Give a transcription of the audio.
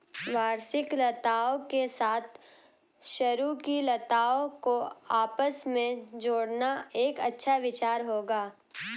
वार्षिक लताओं के साथ सरू की लताओं को आपस में जोड़ना एक अच्छा विचार होगा